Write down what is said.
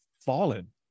fallen